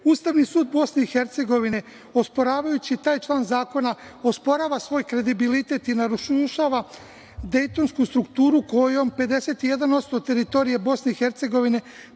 i Hercegovine, osporavajući taj član zakona osporava svoj kredibilitet i narušava dejtonsku strukturu kojom 51% teritorije